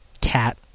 cat